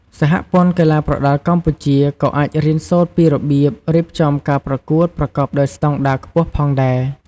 សហព័ន្ធកីឡាប្រដាល់កម្ពុជា ក៏អាចរៀនសូត្រពីរបៀបរៀបចំការប្រកួតប្រកបដោយស្តង់ដារខ្ពស់ផងដែរ។